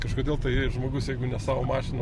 kažkodėl tai žmogus jeigu ne savo mašiną